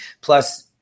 Plus